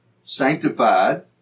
sanctified